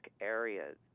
areas